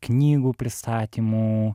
knygų pristatymų